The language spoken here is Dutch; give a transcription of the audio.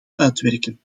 uitwerken